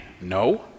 no